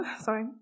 sorry